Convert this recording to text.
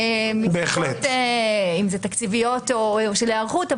אם אלה סיבות תקציביות או של היערכות,